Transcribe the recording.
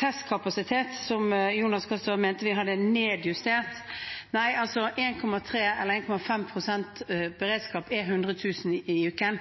testkapasitet, som Jonas Gahr Støre mente vi hadde nedjustert. Nei, 1,5 pst. beredskap er altså